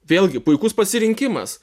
vėlgi puikus pasirinkimas